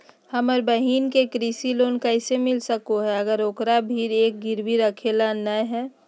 हमर बहिन के कृषि लोन कइसे मिल सको हइ, अगर ओकरा भीर कुछ गिरवी रखे ला नै हइ?